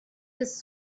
his